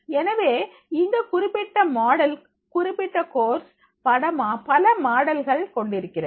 எனவே இங்கு இந்த குறிப்பிட்ட மாடல் குறிப்பிட்ட கோர்ஸ் பல மாடல்கள் கொண்டிருக்கிறது